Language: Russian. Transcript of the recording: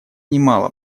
немало